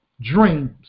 dreams